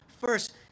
First